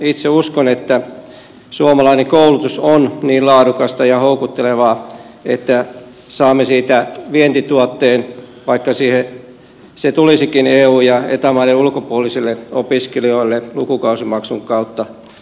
itse uskon että suomalainen koulutus on niin laadukasta ja houkuttelevaa että saamme siitä vientituotteen vaikka se tulisikin eu ja eta maiden ulkopuolisille opiskelijoille lukukausimaksun kautta maksulliseksi